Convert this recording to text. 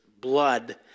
blood